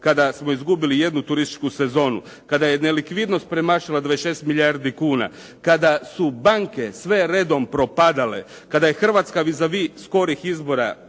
kada smo izgubili jednu turističku sezonu, kada je nelikvidnost premašila 26 milijardi kuna, kada su banke sve redom propadale, kada je Hrvatska vis a vis skorih izbora